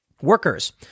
workers